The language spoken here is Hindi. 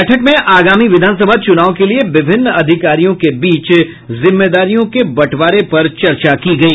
बैठक में आगामी विधानसभा चुनाव के लिए विभिन्न अधिकारियों के बीच जिम्मेदारियों के बंटवारे पर चर्चा की गई